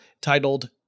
titled